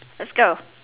lets go